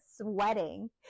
sweating